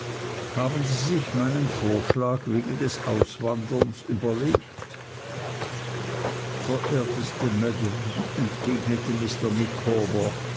haben sie sich meinen vorschlag wegen des auswanderns überlegt verehrteste maam entgegnete